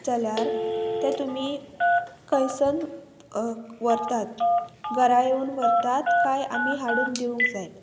जाल्यार ते तुमी खंयसन व्हरतात घरा येवन व्हरतात काय आमी हाडून दिवंक जाय